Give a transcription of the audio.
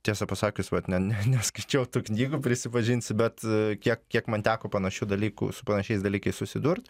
tiesą pasakius vat ne neskaičiau tų knygų prisipažinsiu bet kiek kiek man teko panašių dalykų su panašiais dalykais susidurt